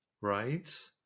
Right